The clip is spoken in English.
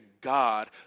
God